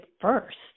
first